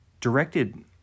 directed